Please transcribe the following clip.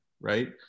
right